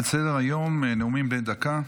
על סדר-היום: נאומים בני דקה.